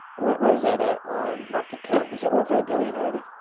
where's that ah on market cap is it over a billion already?